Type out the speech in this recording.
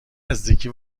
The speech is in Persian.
نزدیکی